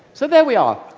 so there we are!